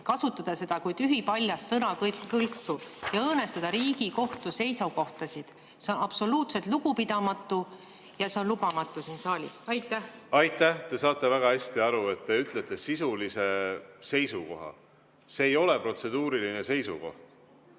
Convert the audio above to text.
kasutada seda kui tühipaljast sõnakõlksu ja õõnestada Riigikohtu seisukohtasid. See on absoluutselt lugupidamatu ja see on lubamatu siin saalis. Aitäh! Te saate väga hästi aru, et te ütlete sisulise seisukoha. See ei ole protseduuriline seisukoht.